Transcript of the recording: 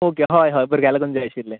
okay हय हय भुरग्यां लागून जाय आशिल्ले